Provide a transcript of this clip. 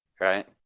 right